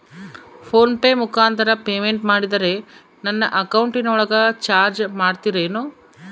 Phone pay ಮುಖಾಂತರ payment ಮಾಡಿದರೆ ನನ್ನ ಅಕೌಂಟಿನೊಳಗ ಚಾರ್ಜ್ ಮಾಡ್ತಿರೇನು?